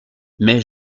mais